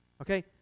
okay